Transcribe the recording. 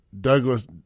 Douglas